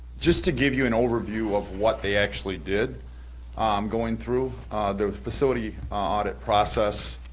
just to give you an overview of what they actually did going through the facility audit process,